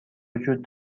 وجود